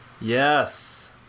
Yes